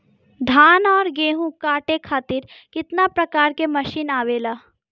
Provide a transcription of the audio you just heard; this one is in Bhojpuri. धान और गेहूँ कांटे खातीर कितना प्रकार के मशीन आवेला?